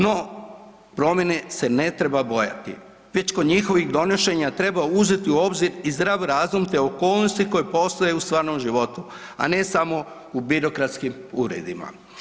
No, promjene se ne treba bojati, već kod njihovih donošenja treba uzeti u obzir i zdrav razum te okolnosti koje postoje u stvarnom životu, a ne samo u birokratskim uredima.